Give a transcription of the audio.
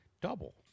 double